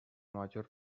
major